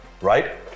right